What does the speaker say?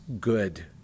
good